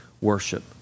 worship